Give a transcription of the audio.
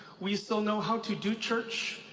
we still know how to do church,